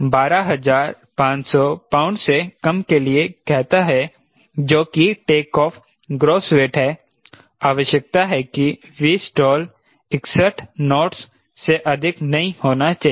12500 pound से कम के लिए कहता है जो की टेकऑफ ग्रॉस वेट है आवश्यकता है कि Vstall 61 नोट्स से अधिक नहीं होना चाहिए